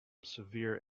severe